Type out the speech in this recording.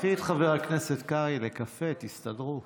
קחי את חבר הכנסת קרעי לקפה, תסתדרו.